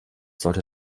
sollte